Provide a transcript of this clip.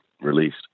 released